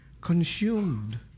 consumed